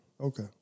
okay